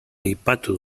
aipatu